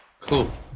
Cool